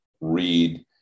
read